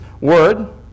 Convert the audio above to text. word